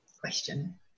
question